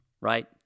right